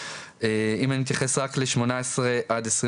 אם אני מתייחס רק לשמונה עשרה עד עשרים